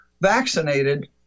vaccinated